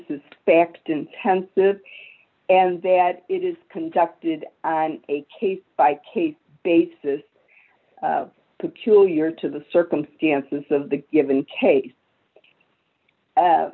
fact intensive and that it is conducted on a case by case basis peculiar to the circumstances of the given case